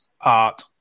art